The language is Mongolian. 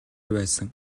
байсан